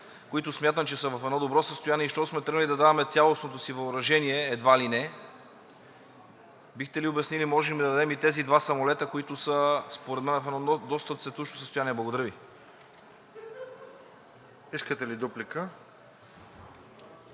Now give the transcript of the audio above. които смятам, че са в едно добро състояние и щом сме тръгнали да даваме цялостното си въоръжение едва ли не, бихте ли обяснили: можем ли да дадем и тези два самолета, които са според мен в едно доста цветущо състояние? Благодаря Ви. ПРЕДСЕДАТЕЛ